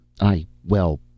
I—well